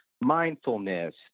mindfulness